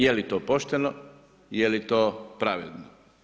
Je li to pošteno, je li to pravedno?